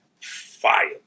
fire